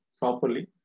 properly